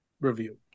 review